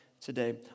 today